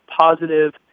positive